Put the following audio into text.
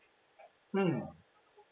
um